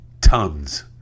tons